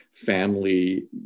family